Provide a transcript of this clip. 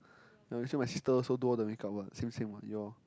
no actually my sister also do all the makeup [what] same same [what] you all